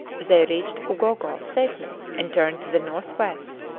they reached ugogo safely and turned to the north-west,